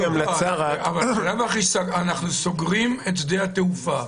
אנחנו סוגרים את שדה התעופה,